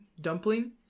Dumpling